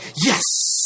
yes